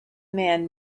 man